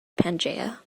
pangaea